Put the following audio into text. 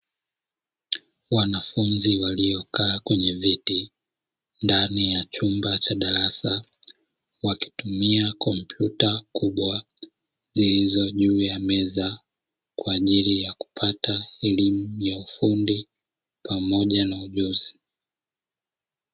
Wanafunzi waliokaa kwenye viti; ndani ya chumba cha darasa, wakitumia kompyuta kubwa zilizo juu ya meza, kwa ajili ya kupata elimu ya ufundi pamoja na ujuzi.